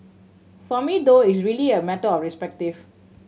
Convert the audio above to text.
for me though it's really a matter of respective